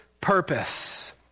purpose